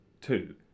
two